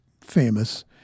famous